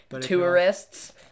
tourists